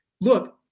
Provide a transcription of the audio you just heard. look